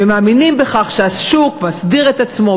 ומאמינים שהשוק מסדיר את עצמו,